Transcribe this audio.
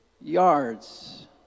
yards